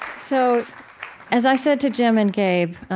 so as i said to jim and gabe,